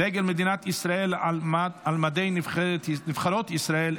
דגל מדינת ישראל על מדי נבחרות ישראל),